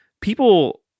people